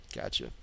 Gotcha